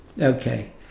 Okay